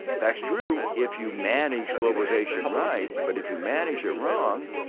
that's true, if you manage globalization right. but if you manage it wrong,